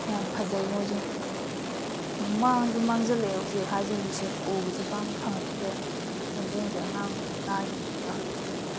ꯌꯥꯝ ꯐꯖꯩ ꯃꯣꯏꯁꯦ ꯃꯥꯡꯁꯨ ꯃꯥꯡꯖꯤꯜꯂꯛꯑꯦ ꯎꯆꯦꯛ ꯍꯥꯏꯁꯦ ꯍꯧꯖꯤꯛꯁꯦ ꯎꯕꯁꯨ ꯄꯥꯛꯅ ꯐꯪꯉꯛꯇ꯭ꯔꯦ ꯈꯣꯟꯖꯦꯟꯁꯦ ꯑꯉꯥꯡ ꯑꯣꯏꯔꯤꯉꯩꯗ ꯇꯥꯒꯤꯕꯗꯨꯒ ꯍꯧꯖꯤꯛꯇꯤ